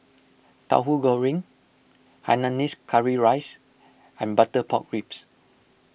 Tahu Goreng Hainanese Curry Rice and Butter Pork Ribs